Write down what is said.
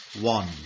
one